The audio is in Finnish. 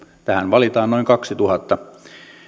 tähän valitaan noin kaksituhatta